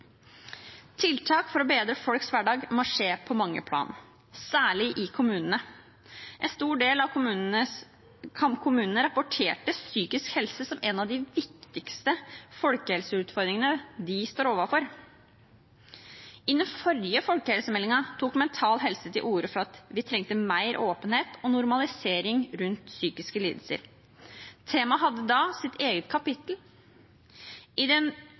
Tiltak for å bedre folks hverdag må skje på mange plan, særlig i kommunene. En stor del av kommunene rapporterte psykisk helse som en av de viktigste folkehelseutfordringene de står overfor. I den forrige folkehelsemeldingen tok Mental Helse til orde for at vi trenger mer åpenhet og normalisering rundt psykiske lidelser. Temaet hadde da sitt eget kapittel. I den